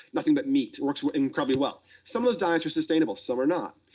nothing but meat works incredibly well. some of those diets are sustainable, some are not.